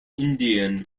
indian